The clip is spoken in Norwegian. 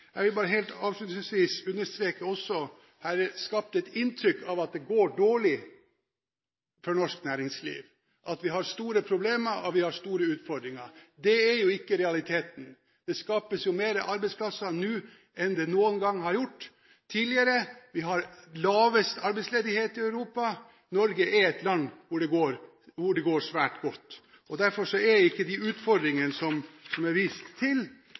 Jeg vil helt avslutningsvis bare understreke at det er skapt et inntrykk av at det går dårlig for norsk næringsliv, at vi har store problemer, at vi har store utfordringer. Dette er ikke realiteten. Det skapes flere arbeidsplasser nå enn noen gang tidligere. Vi har den laveste arbeidsledigheten i Europa. Norge er et land hvor det går svært godt. Derfor er de utfordringene som det er vist til,